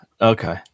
okay